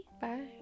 Bye